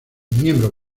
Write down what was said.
miembro